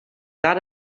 that